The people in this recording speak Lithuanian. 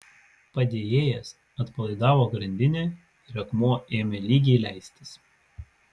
padėjėjas atpalaidavo grandinę ir akmuo ėmė lygiai leistis